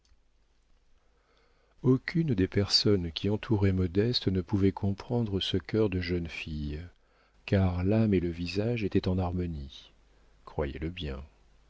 aucune des personnes qui entouraient modeste ne pouvait comprendre ce cœur de jeune fille car l'âme et le visage étaient en harmonie croyez-le bien